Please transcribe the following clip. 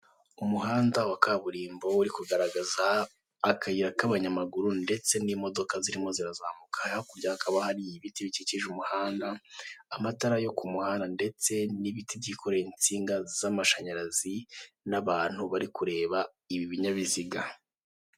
Umuhanda wa kaburimbo uri kugaragaza akayira k'abanyamaguru ndetse n'imodoka zirimo zirazamuka hakurya hakaba hari ibiti bikikije umuhanda amatara yo kumuhanda ndetse n'ibiti byikoreye insinga z'amashanyarazi n'abantu bari kureba ibi binyabiziga.